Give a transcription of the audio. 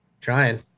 Trying